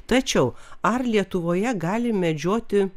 tačiau ar lietuvoje gali medžioti